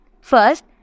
First